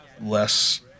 less